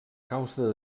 causa